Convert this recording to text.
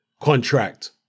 contract